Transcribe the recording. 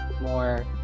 more